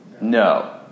No